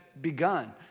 begun